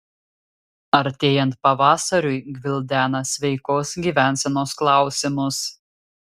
artėjant pavasariui gvildena sveikos gyvensenos klausimus